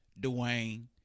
Dwayne